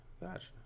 Gotcha